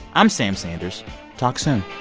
i'm sam sanders talk soon